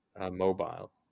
mobile